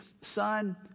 son